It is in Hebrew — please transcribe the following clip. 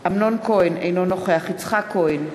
אמנון כהן, אינו נוכח יצחק כהן,